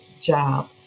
job